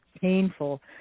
painful